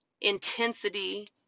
intensity